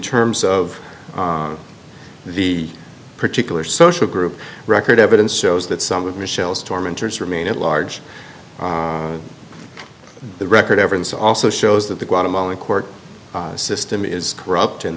terms of the particular social group record evidence shows that some of michelle's tormentors remain at large the record evidence also shows that the guatemalan court system is corrupt and